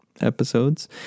episodes